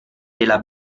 della